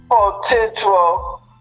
potential